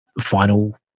final